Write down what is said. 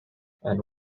and